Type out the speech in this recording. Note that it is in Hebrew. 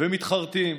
ומתחרטים.